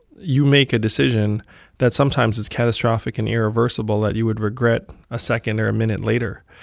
you make a decision that sometimes is catastrophic and irreversible that you would regret a second or a minute later.